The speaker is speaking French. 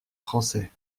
français